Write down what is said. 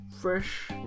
fresh